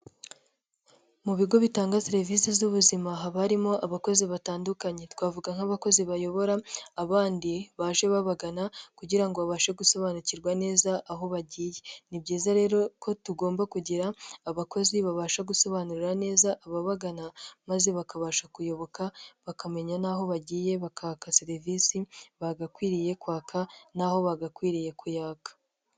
Mu bigo bitanga serivise z'ubuzima haba harimo abakozi batandukanye, twavuga nk'abakozi bayobora abandi baje babagana kugira ngo babashe gusobanukirwa neza aho bagiye, ni byiza rero ko tugomba kugira abakozi babasha gusobanurira neza ababagana maze bakabasha kuyoboka, bakamenya n'aho bagiye bakaka serivisi, bagakwiriye kwaka n'aho bagakwiriye kuyaka.